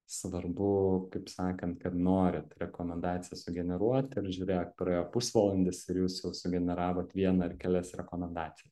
svarbu kaip sakant kad norit rekomendacijas sugeneruot ir žiūrėk praėjo pusvalandis ir jūs jau sugeneravot vieną ar kelias rekomendacija